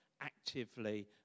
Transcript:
actively